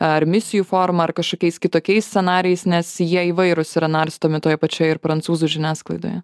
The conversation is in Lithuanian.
ar misijų forma ar kažkokiais kitokiais scenarijais nes jie įvairūs yra narstomi toje pačioje ir prancūzų žiniasklaidoje